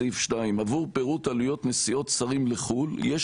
בסעיף 2: "עבור פירוט עלויות נסיעות שרים לחו"ל יש